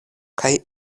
kaj